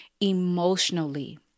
emotionally